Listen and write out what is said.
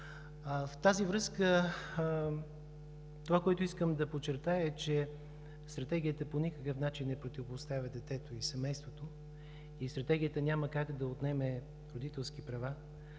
В тази връзка, това, което искам да подчертая, е, че Стратегията по никакъв начин не противопоставя детето и семейството и Стратегията няма как да отнеме родителските права.